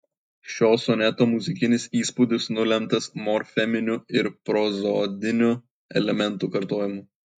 šio soneto muzikinis įspūdis nulemtas morfeminių ir prozodinių elementų kartojimu